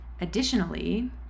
Additionally